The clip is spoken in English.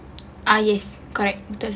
ah yes correct betul